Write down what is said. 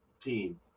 team